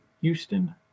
Houston